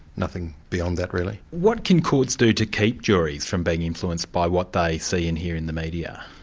nothing beyond that really. what can courts do to keep juries from being influenced by what they see and hear in the media?